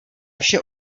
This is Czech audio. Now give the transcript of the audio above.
vše